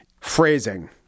phrasing